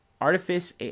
artifice